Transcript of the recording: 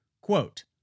Quote